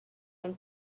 and